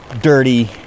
dirty